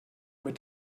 mit